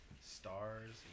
stars